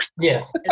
yes